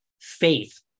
Faith